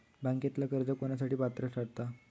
बँकेतला कर्ज कोणासाठी पात्र ठरता?